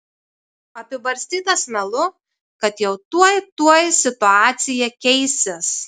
apibarstytas melu kad jau tuoj tuoj situacija keisis